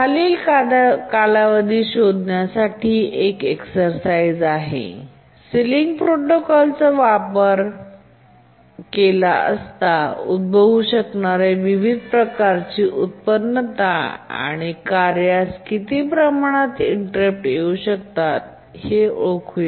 खाली कालावधी शोधण्यासाठी एक एक्सरसाइज आहे सिलिंग प्रोटोकॉल वापरला असता उद्भवू शकणारे विविध प्रकारची उत्पन्नता आणि कार्यास किती प्रमाणात इंटेररप्ट येऊ शकतो हे ओळखा